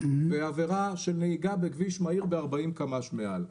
ועבירה של נהיגה בכביש מהיר ב-40 קמ"ש מעל.